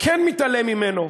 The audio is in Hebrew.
כן מתעלם ממנו.